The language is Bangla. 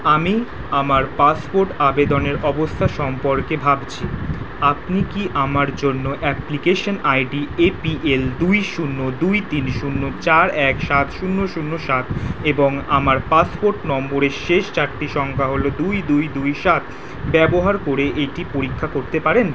আমি আমার পাসপোর্ট আবেদনের অবস্থা সম্পর্কে ভাবছি আপনি কি আমার জন্য application I D A P L দুই শূন্য দুই তিন শূন্য চার এক সাত শূন্য শূন্য সাত এবং আমার পাসপোর্ট নম্বরের শেষ চারটি সংখ্যা হলো দুই দুই দুই সাত ব্যবহার করে এটি পরীক্ষা করতে পারেন